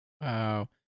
Wow